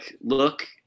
look